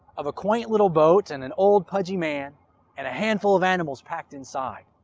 of a quaint little boat and an old pudgy man and a handful of animals packed inside.